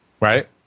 right